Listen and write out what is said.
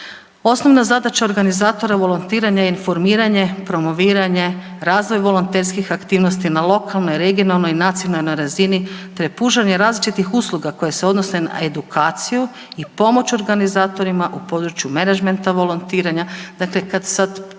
Osnovna zadaća organizatora volontiranja je informiranje, promoviranje, razvoj volonterskih aktivnosti na lokalnoj, regionalnoj i nacionalnoj razini te pružanje različitih usluga koje se odnose na edukaciju i pomoć organizatorima u području menadžmenta volontiranja.